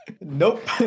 Nope